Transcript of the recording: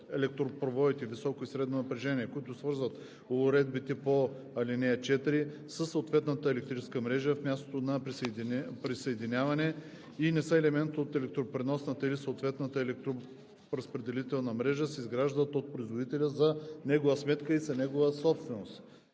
„Електропроводите високо и средно напрежение, които свързват уредбите по ал. 4 със съответната електрическа мрежа в мястото на присъединяване и не са елемент от електропреносната или съответната електроразпределителна мрежа се изграждат от производителя за негова сметка и са негова собственост.“